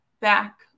back